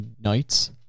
Nights